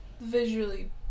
Visually